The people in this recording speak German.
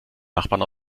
nachbarn